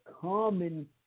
common